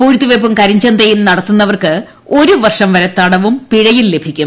പൂഴ്ത്തിവയ്പും കരിഞ്ചന്തയും നടത്തുന്നവർക്ക് ഒരു വർഷം വരെ തടവും പിഴയും ലഭിക്കും